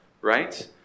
right